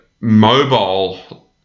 mobile